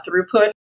throughput